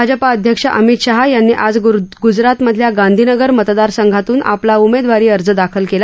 भाजपा अध्यक्ष अमित शहा यांनी आज गुजरातमधल्या गांधीनगर मतदारसंघातून आपला उमेदवारी अर्ज दाखल केला